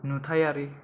नुथायारि